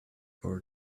for